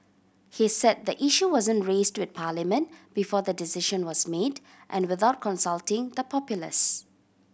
he said the issue wasn't raised with Parliament before the decision was made and without consulting the populace